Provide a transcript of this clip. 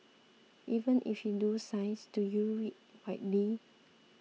even if you do science do you read widely